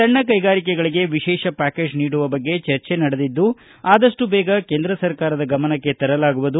ಸಣ್ಣ ಕೈಗಾರಿಕೆಗಳಿಗೆ ವಿಶೇಷ ಪ್ಯಾಕೇಜ್ ನೀಡುವ ಬಗ್ಗೆ ಚರ್ಚೆ ನಡೆದಿದ್ದು ಆದಷ್ಟು ಬೇಗ ಕೇಂದ್ರ ಸರ್ಕಾರದ ಗಮನಕ್ಕೆ ತರಲಾಗುವುದು